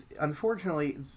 Unfortunately